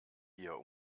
hier